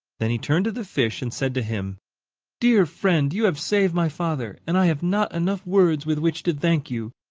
then he turned to the fish and said to him dear friend, you have saved my father, and i have not enough words with which to thank you!